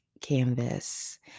Canvas